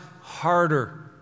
harder